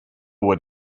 what